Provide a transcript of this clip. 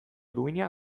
duina